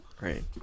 Right